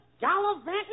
gallivanting